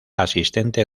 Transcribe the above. asistente